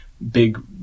big